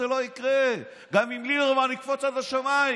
זה לא יקרה גם אם ליברמן יקפוץ עד השמיים.